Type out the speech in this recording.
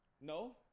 No